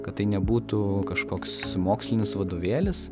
kad tai nebūtų kažkoks mokslinis vadovėlis